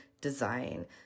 design